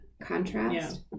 contrast